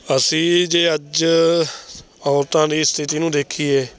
ਅਸੀਂ ਜੇ ਅੱਜ ਔਰਤਾਂ ਦੀ ਸਥਿਤੀ ਨੂੰ ਦੇਖੀਏ